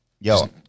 Yo